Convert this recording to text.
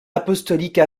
apostolique